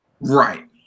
Right